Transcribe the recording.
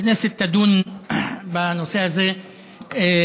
הכנסת תדון בנושא הזה בקרוב,